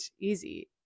easy